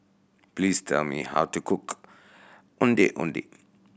please tell me how to cook Ondeh Ondeh